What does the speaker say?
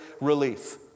relief